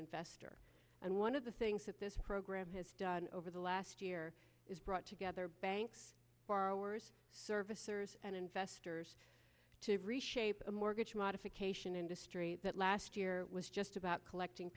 investor and one of the things that this program has done over the last year is brought together banks borrowers servicers and investors to reshape a mortgage modification industry that last year was just about collecting